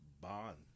bond